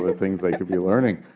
ah things they could be learning.